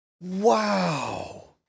Wow